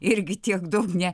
irgi tiek daug ne